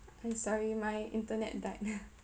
I'm sorry my internet died